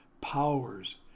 powers